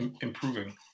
improving